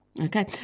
Okay